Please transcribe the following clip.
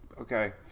okay